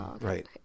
Right